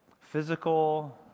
Physical